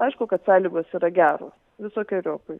aišku kad sąlygos yra geros visokeriopai